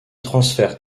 transfert